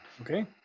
Okay